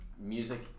music